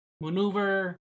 maneuver